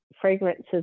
fragrances